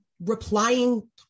replying